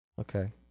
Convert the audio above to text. Okay